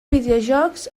videojocs